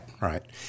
right